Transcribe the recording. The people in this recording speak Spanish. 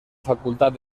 facultad